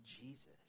Jesus